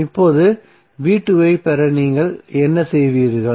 இப்போது ஐப் பெற நீங்கள் என்ன செய்வீர்கள்